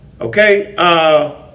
Okay